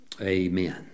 Amen